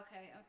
okay